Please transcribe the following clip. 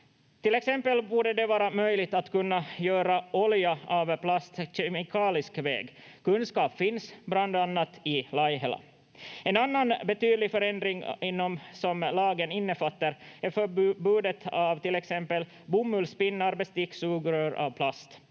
Till exempel borde det vara möjligt att kunna göra olja av plast på kemikalisk väg. Kunskap finns bland annat i Laihela. En annan betydlig förändring som lagen innefattar är förbudet av till exempel bomullspinnar, bestick, sugrör av plast.